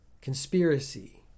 conspiracy